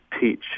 teach